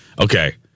Okay